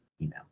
email